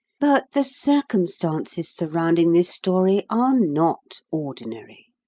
but the circumstances surrounding this story are not ordinary,